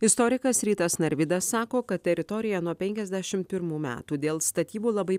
istorikas rytas narvydas sako kad teritorija nuo penkiasdešim primų metų dėl statybų labai